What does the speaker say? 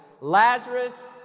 Lazarus